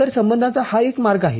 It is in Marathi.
तर संबंधाचा हा एक मार्ग आहे